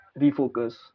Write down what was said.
refocus